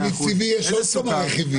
אבל במיץ טבעי יש עוד כמה רכיבים,